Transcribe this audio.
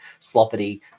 Sloppity